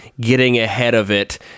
getting-ahead-of-it